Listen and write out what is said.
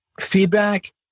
Feedback